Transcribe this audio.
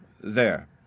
There